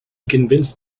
convinced